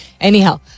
Anyhow